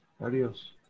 Adios